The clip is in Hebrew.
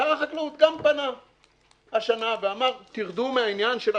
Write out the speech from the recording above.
שר החקלאות גם פנה השנה ואמר: תרדו מהעניין של החגים.